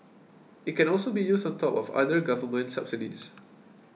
it can also be used on top of other government subsidies